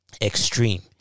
extreme